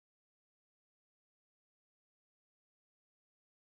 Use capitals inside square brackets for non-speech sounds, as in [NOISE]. [UNINTELLIGIBLE]